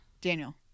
Daniel